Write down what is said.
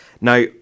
Now